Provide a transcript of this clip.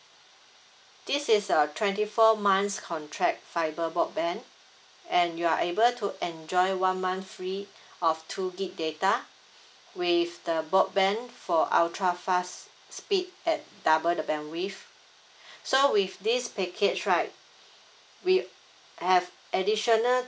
this is a twenty four months contract fiber broadband and you are able to enjoy one month free of two gigabyte data with the broadband for ultra fast speed at double the bandwidth so with this package right we have additional